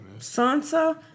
Sansa